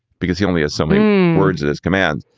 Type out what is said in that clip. because he only has some words in his command.